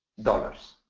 dollars.